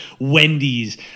Wendy's